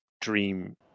dream